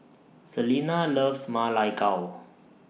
Selena loves Ma Lai Gao